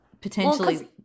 potentially